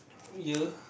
year